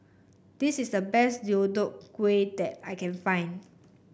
this is the best Deodeok Gui that I can find